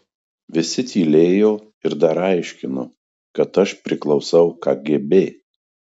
visi tylėjo ir dar aiškino kad aš priklausau kgb